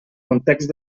context